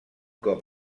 cop